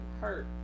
hurt